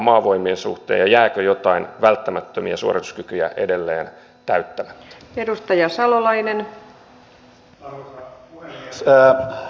me olemme heränneet siihen todellisuuteen nyt kun turvapaikanhakijat ovat tehneet näitä tekoja